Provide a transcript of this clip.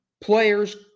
players